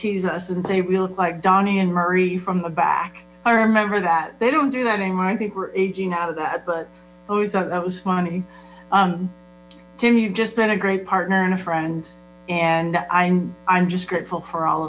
tease us and say we look like donny and marie from the back i remember that they don't do that anymore i think we're aging out of that but always that was funny tim you've just been a great partner and a friend and i'm i'm just grateful for all